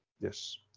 Yes